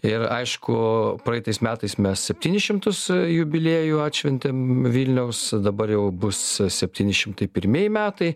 ir aišku praeitais metais mes septynis šimtus jubiliejų atšventėm vilniaus dabar jau bus septyni šimtai pirmieji metai